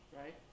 right